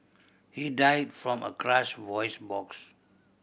he died from a crushed voice box